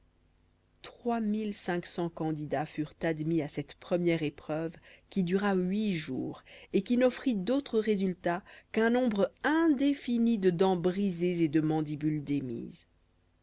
cents candidats furent admis à cette première épreuve qui dura huit jours et qui n'offrit d'autre résultat qu'un nombre indéfini de dents brisées et de mandibules démises